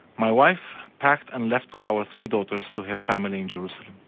my wife packed and left with our three daughters to her family in jerusalem.